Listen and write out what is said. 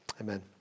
amen